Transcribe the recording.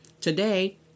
today